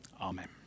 Amen